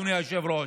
אדוני היושב-ראש.